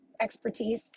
expertise